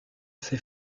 ses